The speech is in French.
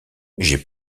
j’ai